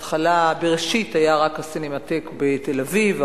בראשית היה רק הסינמטק בתל-אביב,